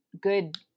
good